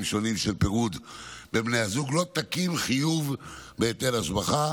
שונים של פירוד בין בני הזוג לא תקים חיוב בהיטל השבחה.